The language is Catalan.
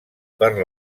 per